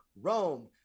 rome